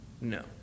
No